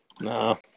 No